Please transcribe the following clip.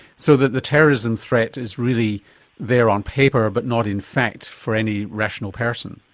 so that the terrorism threat is really there on paper but not in fact for any rational person.